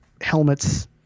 helmets